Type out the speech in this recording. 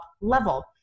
level